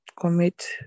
commit